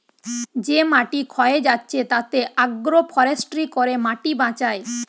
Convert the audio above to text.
যে মাটি ক্ষয়ে যাচ্ছে তাতে আগ্রো ফরেষ্ট্রী করে মাটি বাঁচায়